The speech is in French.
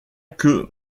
que